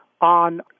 on